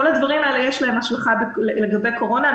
לכל הדברים האלה יש השלכה לגבי קורונה.